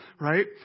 right